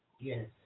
Yes